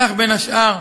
כך, בין השאר,